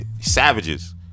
Savages